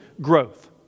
growth